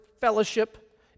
fellowship